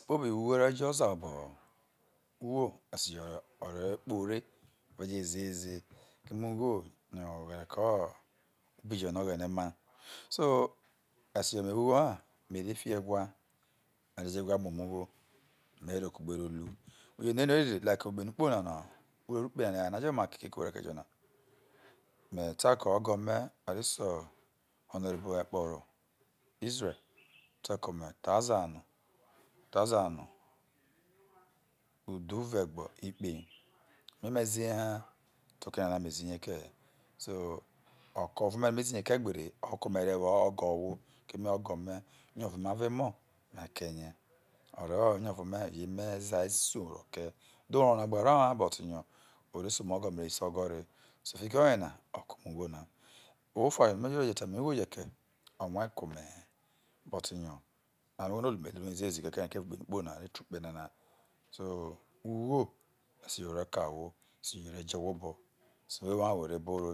Oke kpobi ugho o̱ re̱ jo̱ o̱zae obo̱ ho̱, ugho e̱sejo ore kpoho̱ ore o re je zihe ze keme ugho yo̱ oghe ere ke̱ oware no̱ o̱ghe̱ne̱ o̱ ma so e̱sejo̱no̱me wo ugho ha mere fi ewhae, me̱ re̱ jo̱ ewhae momo ugho me ro̱ kugbe ro ru irere no̱i norie ze hke ukpe no̱ u kponanano̱ o̱ jo̱ ukpe no̱ o̱ mai keke ome̱oma na e̱de̱jo̱ na me̱ta ke̱ o̱go̱me̱no̱ a re se honorable akporo israel o̱ re̱ ke̱ ome̱ ethazane ethazane udhhue̱ gbikpei o mu ome̱ zihe ha te okenona me zihe, e keehe̱ so o̱ ko̱vie̱ no̱ me zihe ke e dede he o̱ ke̱ ome̱rie̱ woho ego̱ ohwo ke̱meo̱go̱ ome̱ onio̱vo me̱ avo̱ emo̱ ma ke̱ rie o̱ reho̱ onio̱vo me̱ avo̱ emezae isoi rokei agbe vro aroo but yo̱ ore se ome̱ nyai se oware kee so fiki oyena o̱ ro̱ ke̱ ome̱ ugho na, ohwo o̱fano̱me̱ taeme ugho keno o̱rue̱ ke̱ ome̱ he̱ but yo̱ me̱ gbe bwlelei ta e̱me vite ukpe nana so ugbo e̱sejo̱ o̱ re̱ kao̱ ohwo e̱se̱jo̱ o̱ re̱ jo̱ ohwo obo̱ whe̱gbe̱ wo ha where sah momo evao